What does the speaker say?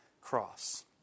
cross